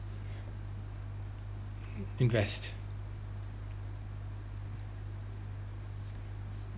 invest